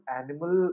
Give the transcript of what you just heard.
animal